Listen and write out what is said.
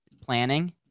planning